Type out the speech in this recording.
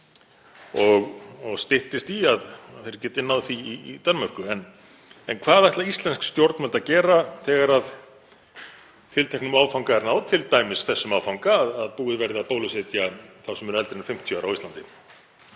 og styttist í að þeir geti náð því í Danmörku. Hvað ætla íslensk stjórnvöld að gera þegar tilteknum áfanga er náð, t.d. þeim áfanga að búið verði að bólusetja þá sem eru eldri en 50 ára á Íslandi?